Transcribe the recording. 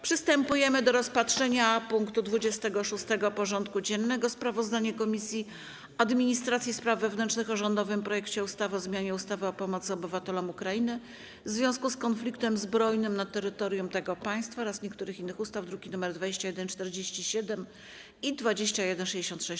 Przystępujemy do rozpatrzenia punktu 26. porządku dziennego: Sprawozdanie Komisji Administracji i Spraw Wewnętrznych o rządowym projekcie ustawy o zmianie ustawy o pomocy obywatelom Ukrainy w związku z konfliktem zbrojnym na terytorium tego państwa oraz niektórych innych ustaw (druki nr 2147 i 2166)